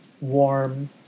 warm